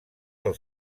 del